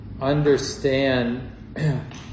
understand